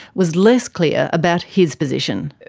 was less clear about his position.